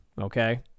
Okay